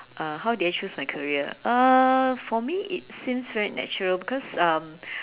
uh how did I choose my career uh for me it seems very natural because um